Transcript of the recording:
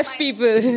people